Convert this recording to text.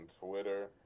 Twitter